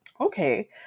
okay